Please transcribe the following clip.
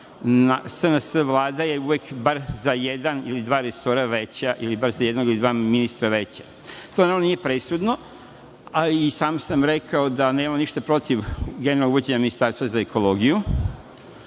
SNS Vlada, je uvek bar za jedan ili dva resora veća ili bar za jednog ili dva ministra veća. To naravno nije presudno, a i sam sam rekao da nemam ništa protiv uvođenja ministarstva za ekologiju,